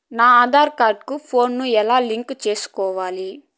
నా ఆధార్ కార్డు కు ఫోను ను ఎలా లింకు సేసుకోవాలి?